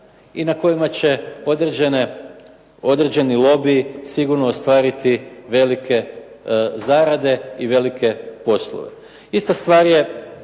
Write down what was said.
i na kojima će određeni lobiji sigurno ostvariti velike zarade i velike poslove. Ista stvar je